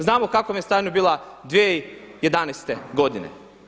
Znamo u kakvom je stanju bila 2011. godine.